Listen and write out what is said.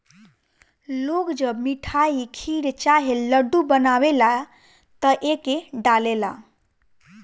लोग जब मिठाई, खीर चाहे लड्डू बनावेला त एके डालेला